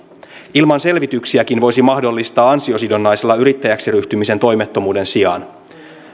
ilman selvityksiäkin voisi mahdollistaa ansiosidonnaisella yrittäjäksi ryhtymisen toimettomuuden sijaan